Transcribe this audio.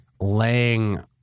laying